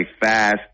fast